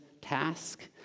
task